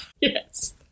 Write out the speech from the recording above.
Yes